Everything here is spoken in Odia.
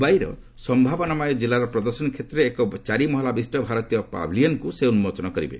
ଦୁବାଇର ସମ୍ଭାବନାମୟ ଜିଲ୍ଲାର ପ୍ରଦର୍ଶନୀ କ୍ଷେତ୍ରରେ ଏକ ଚାରିମହଲା ବିଶିଷ୍ଟ ଭାରତୀୟ ପାଭିଲିୟନ୍କୁ ଉନ୍ମୋଚନ କରିବେ